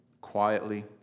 quietly